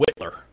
Whitler